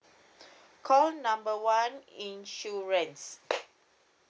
call number one insurance